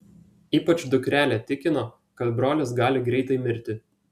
ypač dukrelė tikino kad brolis gali greitai mirti